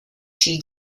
she